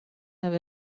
have